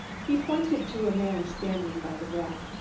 he pointed to a man standing by the wreck.